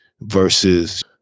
versus